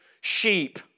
sheep